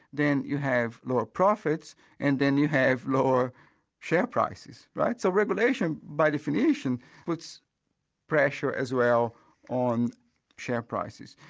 then you have lower profits and then you have lower share prices, right. so regulation by definition puts pressure as well on share prices.